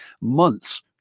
months